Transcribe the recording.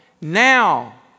Now